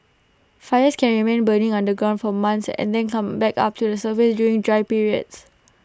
fires can remain burning underground for months and then come back up to the surface during dry periods